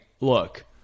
look